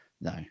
No